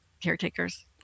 caretakers